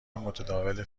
متداول